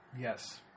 Yes